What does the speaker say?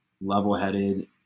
level-headed